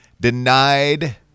denied